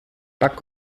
bug